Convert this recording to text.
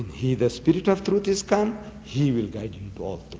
he the spirit of truth is come he will guide you both,